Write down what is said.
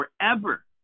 forever